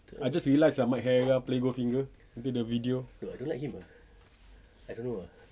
I just realised ah mike herrera play goldfinger you know the video